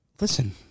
Listen